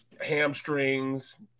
Hamstrings